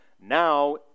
Now